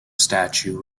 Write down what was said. statue